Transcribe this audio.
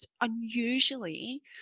unusually